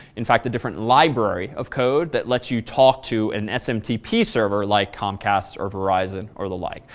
in fact the different library of code that lets you talk to an smtp server, like comcast or verizon or the like.